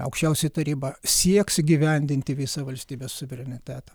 aukščiausioji taryba sieks įgyvendinti visą valstybės suverenitetą